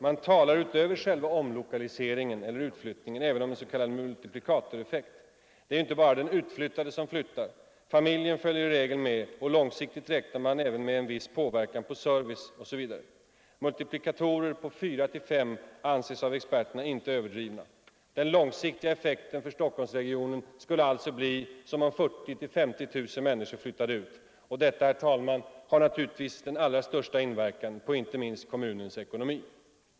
Man talar utöver själva omlokaliseringen eller utflyttningen även om en s.k. multiplikatoreffekt. Det är ju inte bara den utflyttade som flyttar. Familjen följer i regel med, och långsiktigt räknar man även med en viss påverkan på service osv. Multiplikatorer på 4-5 anses av experterna inte överdrivna. Den långsiktiga effekten för Stockholmsregionen skulle alltså bli som om 40 000-50 000 människor flyttade ut, och detta har naturligtvis, herr talman, den allra största inverkan inte minst på kommunens ekonomi.